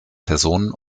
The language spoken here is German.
personen